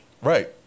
Right